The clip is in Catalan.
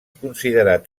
considerat